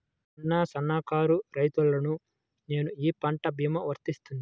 చిన్న సన్న కారు రైతును నేను ఈ పంట భీమా వర్తిస్తుంది?